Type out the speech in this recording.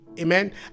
amen